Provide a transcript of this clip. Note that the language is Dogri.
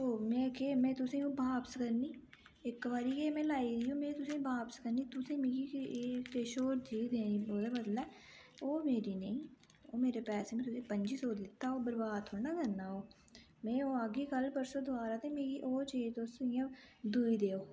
ओह् में केह् में तुसेंगी ओह् बापस करनी इक बारी ऐ में लाई ओह् में तुसेंगी बापस करनी तुसें मिगी के किश होर चीज़ देनी ओह्दै बदलै ओह् मेरी नेईं ओह् मेरे पैसे न तुसेंगी पंजी सौ दित्ता ओह् बरबाद थोह्ड़ा न करना ओ में ओह् आगी कल परसूं दबारा ते मिगी ओह् चीज़ तुस इयां दूई देओ